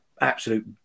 absolute